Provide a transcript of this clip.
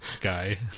guy